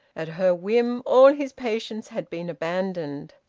at her whim all his patients had been abandoned.